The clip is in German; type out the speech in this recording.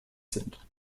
sind